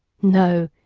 no,